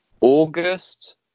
August